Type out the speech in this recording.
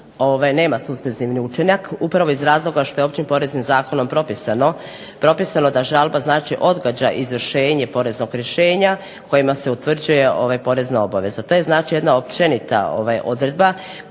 nema suspenzivni učinak upravo iz razloga što je Općim poreznim zakonom propisano da žalba znači odgađa izvršenje poreznog rješenja, kojima se utvrđuje porezna obaveza. To je općenita odredba